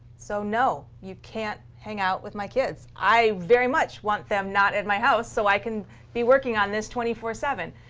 so no, you can't hang out with my kids. i very much want them not at my house so i can be working on this twenty four seven.